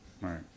Right